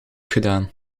gedaan